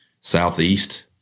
southeast